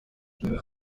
lieu